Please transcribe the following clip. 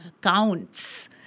counts